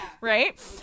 right